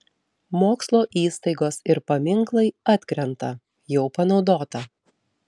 mokslo įstaigos ir paminklai atkrenta jau panaudota